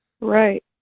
Right